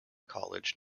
college